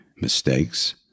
mistakes